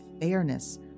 fairness